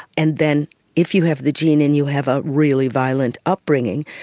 and then if you have the gene and you have a really violent upbringing,